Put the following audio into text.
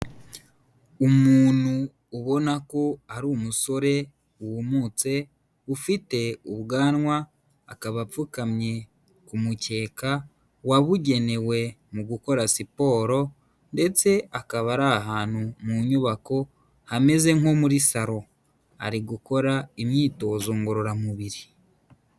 Umuntu ubona ko ari umusore wumutse, ufite ubwanwa, akaba apfukamye ku mukeka wabugenewe mu gukora siporo ndetse akaba ari ahantu mu nyubako hameze nko muri salo, ari gukora imyitozo ngororamubiri.